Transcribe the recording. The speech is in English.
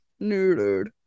Neutered